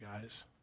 guys